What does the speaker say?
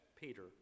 Peter